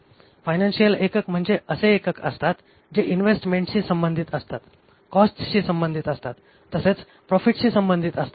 financial म्हणजे असे एकक असतात जे इन्व्हेस्टमेंटशी संबंधित असतात कॉस्टशी संबंधित असतात तसेच प्रॉफिटशी संबंधित असतात